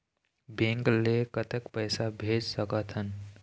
Bank ले कतक पैसा भेज सकथन?